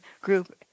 group